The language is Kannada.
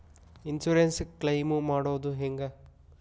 ಇನ್ಸುರೆನ್ಸ್ ಕ್ಲೈಮು ಮಾಡೋದು ಹೆಂಗ?